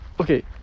okay